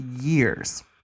years